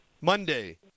Monday